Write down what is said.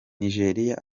nigeria